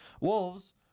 Wolves